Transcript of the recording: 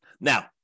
Now